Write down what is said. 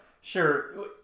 Sure